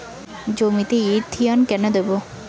জমিতে ইরথিয়ন কেন দেবো?